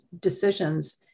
decisions